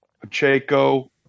Pacheco